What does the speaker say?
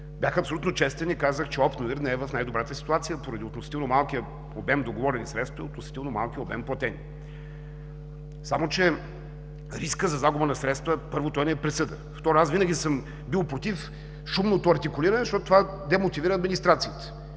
за интелигентен растеж“ не е в най-добрата си ситуация поради относително малкия обем договорени средства и относително малкия обем платени. Само че, рискът за загуба на средства, първо, това не е присъда. Второ, аз винаги съм бил против шумното артикулиране, защото това демотивира администрацията.